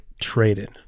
traded